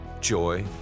joy